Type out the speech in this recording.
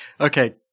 Okay